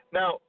now